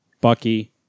Bucky